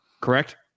Correct